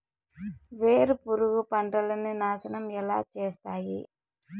వేరుపురుగు పంటలని నాశనం ఎలా చేస్తాయి?